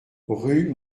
rue